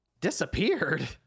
disappeared